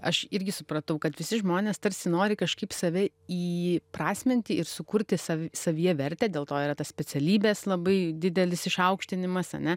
aš irgi supratau kad visi žmonės tarsi nori kažkaip save įprasminti ir sukurti sav savyje vertę dėl to yra tos specialybės labai didelis išaukštinimas ane